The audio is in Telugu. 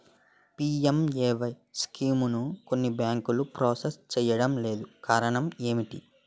పి.ఎం.ఎ.వై స్కీమును కొన్ని బ్యాంకులు ప్రాసెస్ చేయడం లేదు కారణం ఏమిటి?